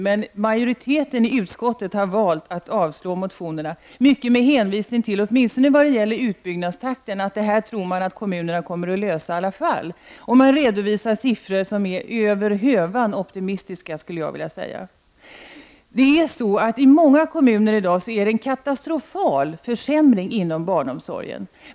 Men majoriteten i utskottet har valt att avstyrka motionerna med hänvisning till, åtminstone vad gäller utbyggnadstakten, att man tror att kommunerna kommer att lösa detta i alla fall. Man redovisar siffror som är över hövan optimistiska, skulle jag vilja säga. I många kommuner har det skett en katastrofal försämring inom barnomsorgen.